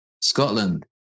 Scotland